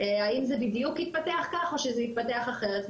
האם זה בדיוק יתפתח כך או שזה יתפתח אחרת,